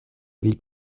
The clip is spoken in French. ville